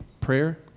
prayer